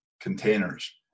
containers